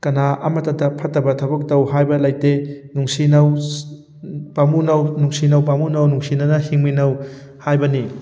ꯀꯅꯥ ꯑꯃꯇꯗ ꯐꯠꯇꯕ ꯊꯕꯛ ꯇꯧ ꯍꯥꯏꯕ ꯂꯩꯇꯦ ꯅꯨꯡꯁꯤꯅꯧ ꯄꯥꯝꯃꯨꯅꯧ ꯅꯨꯡꯁꯤꯅꯧ ꯄꯥꯝꯃꯨꯅꯧ ꯅꯨꯡꯁꯤꯅꯅ ꯍꯤꯡꯃꯤꯟꯅꯧ ꯍꯥꯏꯕꯅꯤ